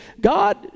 God